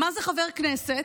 מה זה חבר כנסת?